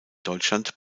deutschland